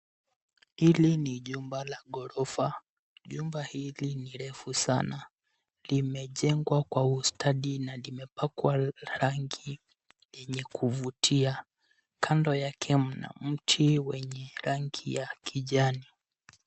Hili ni jumba la ghorofa. Jumba hili ni refu sana. Limejengwa kwa ustadi na limepakwa rangi yenye kuvutia. Kado yake mna mti wenye rangi ya kijani.